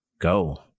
go